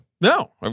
No